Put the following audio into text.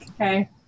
Okay